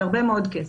זה הרבה מאוד כסף.